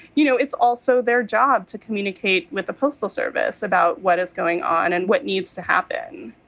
you know, it's also their job to communicate with the postal service about what is going on and what needs to happen